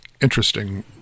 interesting